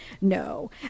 no